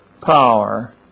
power